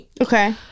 Okay